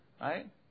Right